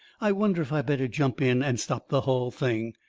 i wonder if i better jump in and stop the hull thing.